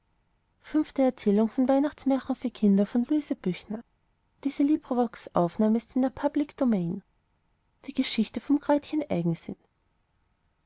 die geschichte vom kräutchen eigensinn